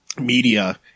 media